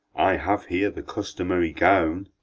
i have here the customary gown.